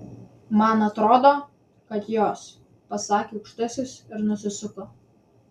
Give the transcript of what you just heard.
man atrodo kad jos pasakė aukštasis ir nusisuko